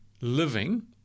living